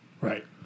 Right